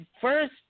First